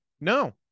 No